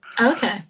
okay